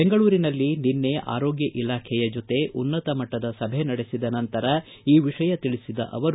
ಬೆಂಗಳೂರಿನಲ್ಲಿ ನಿನ್ನೆ ಆರೋಗ್ಯ ಇಲಾಖೆಯ ಜೊತೆ ಉನ್ನತ ಮಟ್ಸದ ಸಭೆ ನಡೆಸಿದ ನಂತರ ಈ ವಿಷಯ ತಿಳಿಸಿದ ಅವರು